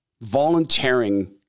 volunteering